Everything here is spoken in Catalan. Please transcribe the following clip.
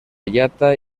llata